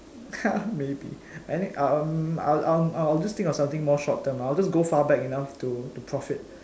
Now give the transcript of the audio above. maybe any~ um I I'll just think of something more short term I'll just go far back enough to to profit